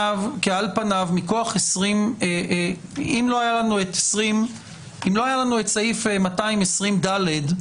אם לא היה לנו את סעיף כ220ד,